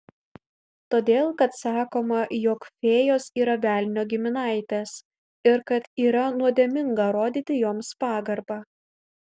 todėl kad sakoma jog fėjos yra velnio giminaitės ir kad yra nuodėminga rodyti joms pagarbą